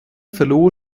verlor